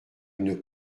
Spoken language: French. une